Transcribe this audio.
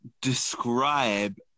describe